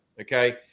Okay